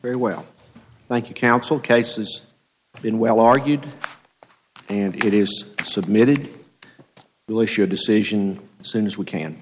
very well thank you counsel cases been well argued and it is submitted really should decision as soon as we can